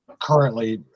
currently